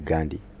Gandhi